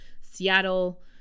Seattle